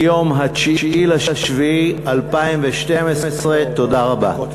מיום 9 ביולי 2012. תודה רבה.